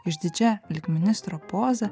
išdidžia lyg ministro poza